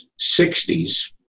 60s